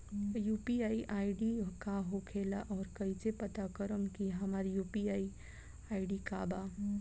UPI I D का होखेला और कईसे पता करम की हमार यू.पी.आई आई.डी का बा?